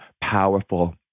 powerful